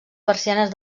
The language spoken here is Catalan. persianes